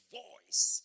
voice